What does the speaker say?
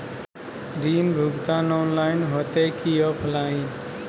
ऋण भुगतान ऑनलाइन होते की ऑफलाइन?